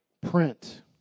print